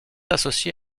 associé